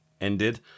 ended